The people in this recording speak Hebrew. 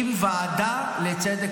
ועדה לצדק